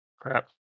Crap